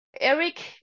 Eric